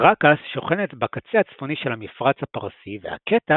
כאראקס שוכנת בקצה הצפוני של המפרץ הפרסי, והקטע